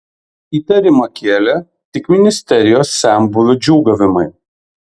įtarimą kėlė tik ministerijos senbuvių džiūgavimai